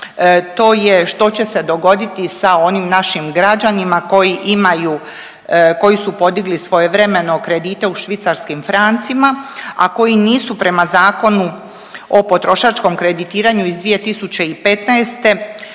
to je što će se dogoditi sa onim našim građanima koji imaju, koji su podigli svojevremeno kredite u švicarskim francima, a koji nisu prema Zakonu o potrošačkom kreditiranju iz 2015.